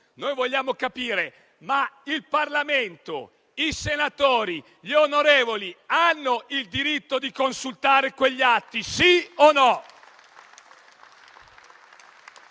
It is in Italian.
vogliamo capire: il Parlamento, i senatori e i deputati hanno il diritto di consultare quegli atti o no?